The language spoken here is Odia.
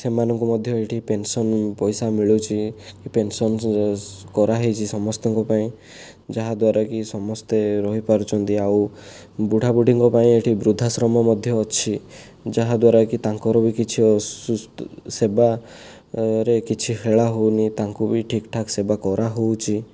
ସେମାନଙ୍କୁ ମଧ୍ୟ ଏଇଠି ପେନ୍ସନ୍ ପଇସା ମିଳୁଛି କି ପେନ୍ସନ୍ କରାହୋଇଛି ସମସ୍ତଙ୍କ ପାଇଁ ଯାହାଦ୍ଵାରାକି ସମସ୍ତେ ରହିପାରୁଛନ୍ତି ଆଉ ବୁଢ଼ା ବୁଢ଼ିଙ୍କ ପାଇଁ ଏଇଠି ବୃଦ୍ଧାଶ୍ରମ ମଧ୍ୟ ଅଛି ଯାହାଦ୍ଵାରାକି ତାଙ୍କର ବି କିଛି ଅସୁସ୍ଥ ସେବାରେ କିଛି ହେଳା ହେଉନି ତାଙ୍କୁ ବି ଠିକ ଠାକ ସେବା କରାହେଉଛି